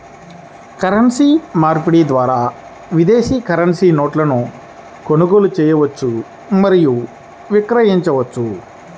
currency మార్పిడి ద్వారా విదేశీ కరెన్సీ నోట్లను కొనుగోలు చేయవచ్చు మరియు విక్రయించవచ్చు